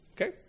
Okay